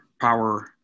power